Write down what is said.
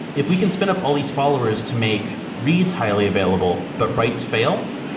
if we can spin up all these followers to make reads highly available, but writes fail,